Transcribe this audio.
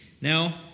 Now